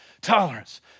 tolerance